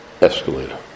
Escalator